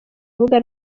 urubuga